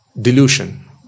delusion